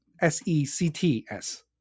S-E-C-T-S